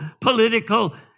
political